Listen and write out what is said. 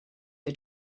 her